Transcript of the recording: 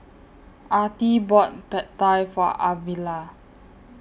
Artie bought Pad Thai For Arvilla